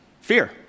Fear